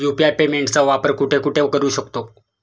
UPI पेमेंटचा वापर कुठे कुठे करू शकतो?